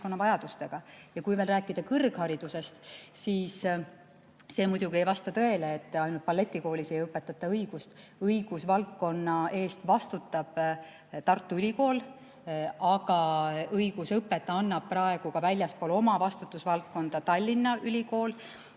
kui veel rääkida kõrgharidusest, siis see muidugi ei vasta tõele, et ainult balletikoolis ei õpetata õigust. Õigusvaldkonna eest vastutab Tartu Ülikool, aga õigusõpet annab praegu ka väljaspool oma vastutusvaldkonda Tallinna Ülikool